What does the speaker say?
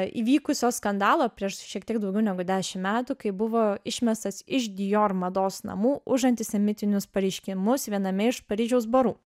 įvykusio skandalo prieš šiek tiek daugiau negu dešimt metų kai buvo išmestas iš dior mados namų už antisemitinius pareiškimus viename iš paryžiaus barų